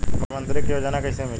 मुख्यमंत्री के योजना कइसे मिली?